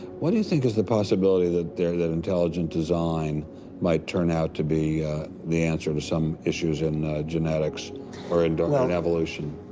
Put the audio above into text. what do you think is the possibility that that intelligent design might turn out to be the answer to some issues in genetics or in and evolution?